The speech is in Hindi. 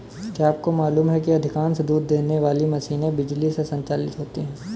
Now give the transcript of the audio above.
क्या आपको मालूम है कि अधिकांश दूध देने वाली मशीनें बिजली से संचालित होती हैं?